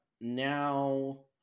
now